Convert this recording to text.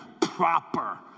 proper